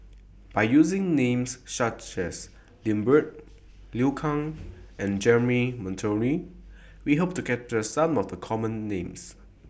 By using Names such as Lambert Liu Kang and Jeremy Monteiro We Hope to capture Some of The Common Names